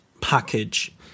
package